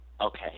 okay